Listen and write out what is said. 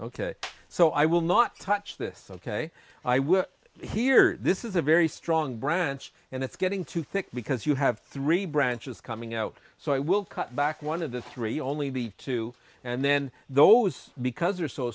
ok so i will not touch this ok i will here this is a very strong branch and it's getting too thick because you have three branches coming out so i will cut back one of the three only be two and then those because they are so